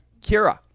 Kira